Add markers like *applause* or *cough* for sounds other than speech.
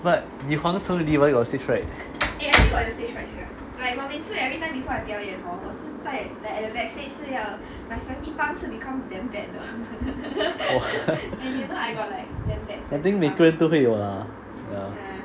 but huang cheng li why got stage fright oh *laughs* I think 每个人都会有 lah